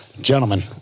Gentlemen